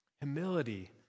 Humility